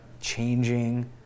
changing